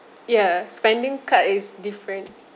ya spending card is different